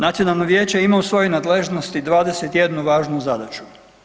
Nacionalno vijeće ima u svojoj nadležnosti 21 važnu zadaću.